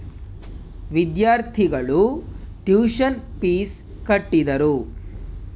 ವಿದ್ಯಾರ್ಥಿಗಳು tuition fees ಕಟ್ಟಿದರು